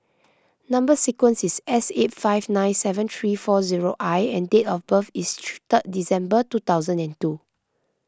Number Sequence is S eight five nine seven three four zero I and date of birth is third December two thousand and two